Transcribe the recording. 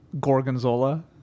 gorgonzola